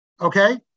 Okay